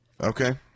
Okay